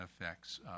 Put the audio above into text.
effects